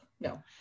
no